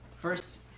First